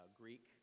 Greek